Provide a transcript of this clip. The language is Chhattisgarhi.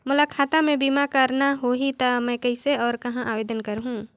मोला खाता मे बीमा करना होहि ता मैं कइसे और कहां आवेदन करहूं?